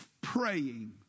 praying